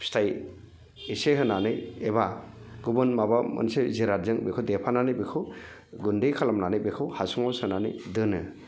फिथाइ एसे होनानै एबा गुबुन माबा मोनसे जिरादजों बेखौ देफानानै बेखौ गुन्दै खालामनानै बेखौ हासुङाव सोनानै दोनो